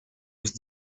was